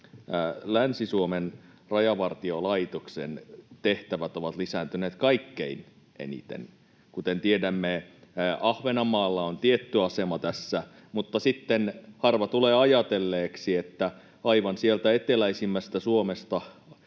Länsi-Suomen rajavartiolaitoksen tehtävät ovat lisääntyneet kaikkein eniten. Kuten tiedämme, Ahvenanmaalla on tietty asema tässä, mutta sitten harva tulee ajatelleeksi, että aivan sieltä eteläisimmästä Suomesta